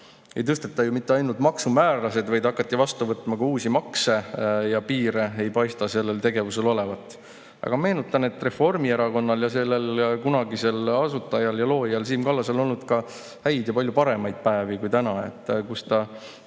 Ei tõsteta ju mitte ainult maksumäärasid, vaid hakati vastu võtma ka uusi makse, ja piire ei paista sellel tegevusel olevat. Meenutan, et Reformierakonnal ning selle kunagisel asutajal ja loojal Siim Kallasel on olnud ka häid ja palju paremaid päevi kui täna. Siis ta